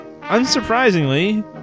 Unsurprisingly